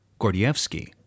Gordievsky